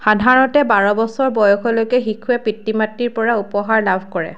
সাধাৰণতে বাৰ বছৰ বয়সলৈকে শিশুৱে পিতৃ মাতৃৰ পৰা উপহাৰ লাভ কৰে